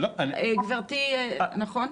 גברתי, נכון?